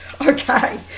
okay